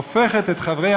והופכת את חברי